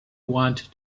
wanted